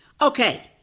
Okay